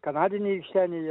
kanadinė rykštenė